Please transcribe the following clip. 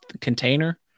container